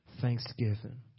Thanksgiving